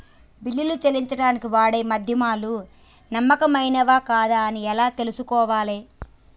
బిల్లులు చెల్లించడానికి వాడే మాధ్యమాలు నమ్మకమైనవేనా కాదా అని ఎలా తెలుసుకోవాలే?